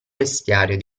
vestiario